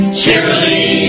cheerily